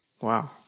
Wow